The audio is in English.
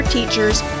Teachers